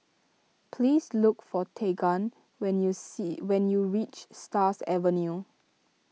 please look for Tegan when you see when you reach Stars Avenue